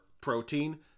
protein